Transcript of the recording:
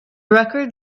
record